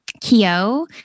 Kyo